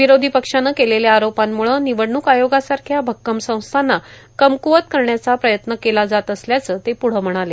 विरोधी पक्षानं केलेल्या आरोपांमुळे निवडणूक आयोगासारख्या भक्कम संस्थांना कमकुवत करण्याचा प्रयत्न केला जात असल्याचं ते प्ढं म्हणाले